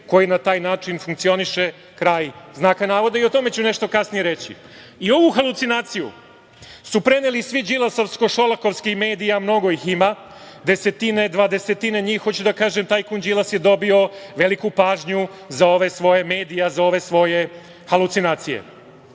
koji na taj način funkcioniše“. I o tome ću nešto kasnije reći. Ovu halucinaciju su preneli svi đilasovsko-šolakovski mediji a mnogo ih ima, desetine, dvadesetine njih, hoću da kažem tajkun Đilas je dobio veliku pažnju za ove svoje medije, za ove svoje halucinacije. Inače